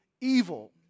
evil